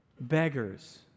beggars